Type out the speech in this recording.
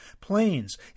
planes